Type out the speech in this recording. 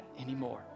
anymore